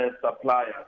suppliers